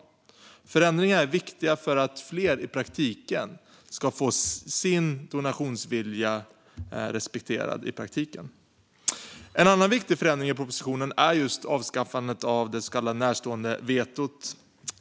Förändringen är viktig för att fler ska få sin donationsvilja respekterad i praktiken. En annan viktig förändring i propositionen är avskaffandet av det så kallade närståendevetot.